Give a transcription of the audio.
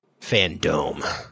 fandom